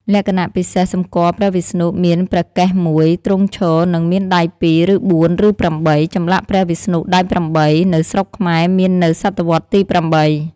លក្ខណៈពិសេសសម្គាល់ព្រះវិស្ណុ មានព្រះកេសមួយ ទ្រង់ឈរ និងមានដៃ២ ឬ៤ ឬ៨ (ចម្លាក់ព្រះវិស្ណុដៃ៨ នៅស្រុកខ្មែរមាននៅសតវត្សទី៨)។